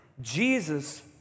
Jesus